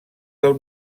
del